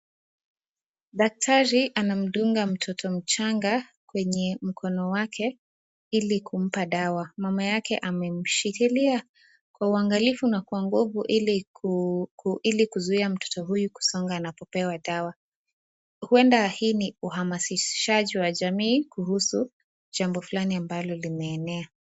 Daktari anamdunga mtoto mchanga kwenye mkono wake ili kumpa dawa . Mama yake amemshikilia kwa uangalifu na kwa nguvu ili kuzuia mtoto huyu kusonga na kupewa dawa . Huenda hii ni uhamasishaji wa jamii kuhusu jambo fulani ambalo limeenea.